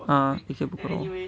um ikebukuro